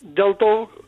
dėl to